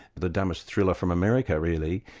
the dumbest thriller from america really.